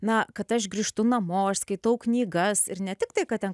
na kad aš grįžtu namo aš skaitau knygas ir ne tiktai kad ten